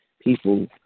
people